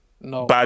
no